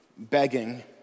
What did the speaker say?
Begging